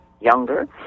younger